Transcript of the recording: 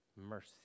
mercy